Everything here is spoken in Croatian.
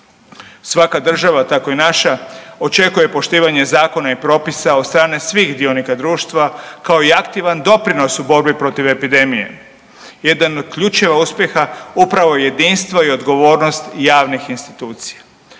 Svaka država, tako i naša očekuje poštivanje zakona i propisa od strane svih dionika društva kao i aktivan doprinos u borbi protiv epidemije. Jedan od ključeva uspjeha upravo je jedinstvo i odgovornost javnih institucija.